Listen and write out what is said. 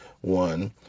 one